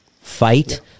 Fight